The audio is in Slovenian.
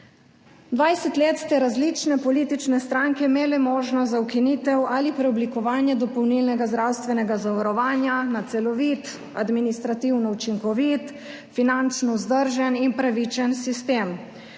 upoštevali. Različne politične stranke ste imele 20 let možnost za ukinitev ali preoblikovanje dopolnilnega zdravstvenega zavarovanja na celovit, administrativno učinkovit, finančno vzdržen in pravičen sistem,